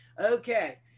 Okay